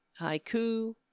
Haiku